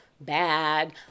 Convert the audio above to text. bad